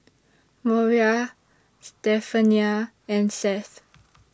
Moriah Stephania and Seth